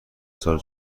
سال